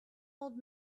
old